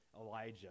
Elijah